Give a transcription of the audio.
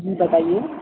جی بتائیے